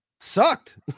sucked